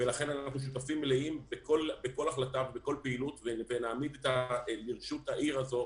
לכן אנחנו שותפים מלאים לכל החלטה ולכל פעילות ונעמיד לרשות העיר הזאת